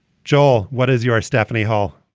joel, what is your stephanie hall?